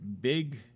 Big